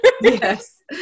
Yes